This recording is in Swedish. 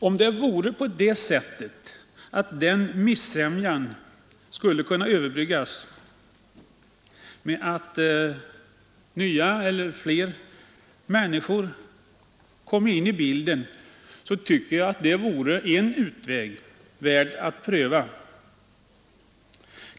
Om den missämjan skulle kunna överbryggas med att nya eller fler människor kom in i bilden, så tycker jag att det vore en utväg värd att pröva.